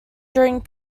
during